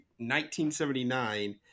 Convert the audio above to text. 1979